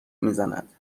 میزند